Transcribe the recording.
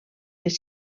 les